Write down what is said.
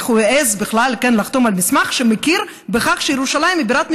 איך הוא בכלל לחתום על מסמך שמכיר בכך שירושלים היא בירת ישראל?